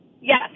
Yes